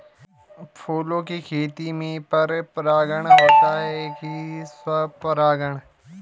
फूलों की खेती में पर परागण होता है कि स्वपरागण?